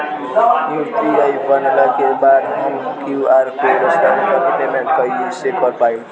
UPI बनला के बाद हम क्यू.आर कोड स्कैन कर के पेमेंट कइसे कर पाएम?